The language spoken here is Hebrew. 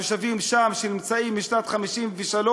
התושבים נמצאים שם משנת 1956,